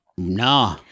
No